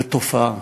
זה תופעה.